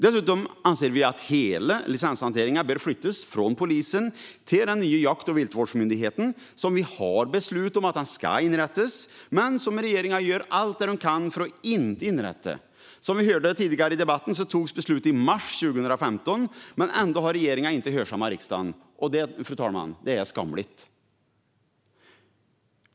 Dessutom anser vi att hela licenshanteringen bör flyttas från polisen till den nya jakt och viltvårdsmyndighet som vi har beslutat ska inrättas men som regeringen gör allt vad den kan för att inte inrätta. Som vi hörde tidigare i debatten fattades beslutet i mars 2015, men ändå har regeringen inte hörsammat riksdagen. Det är skamligt, fru talman!